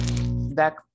back